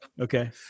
okay